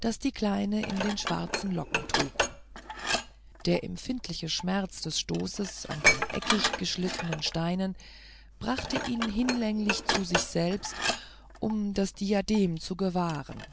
das die kleine in den schwarzen locken trug der empfindliche schmerz des stoßes an den eckicht geschliffenen steinen brachte ihn hinlänglich zu sich selbst um das diadem zu gewahren